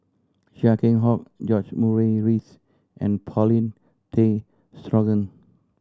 Chia Keng Hock George Murray Reith and Paulin Tay Straughan